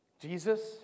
Jesus